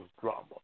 drama